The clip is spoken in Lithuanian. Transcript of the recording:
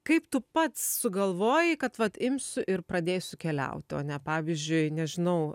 kaip tu pats sugalvojai kad vat imsiu ir pradėsiu keliauti o ne pavyzdžiui nežinau